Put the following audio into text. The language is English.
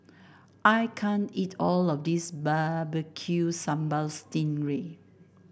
I can't eat all of this Barbecue Sambal Sting Ray